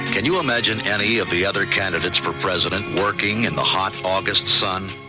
can you imagine any of the other candidates for president working in the hot august sun?